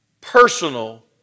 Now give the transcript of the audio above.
personal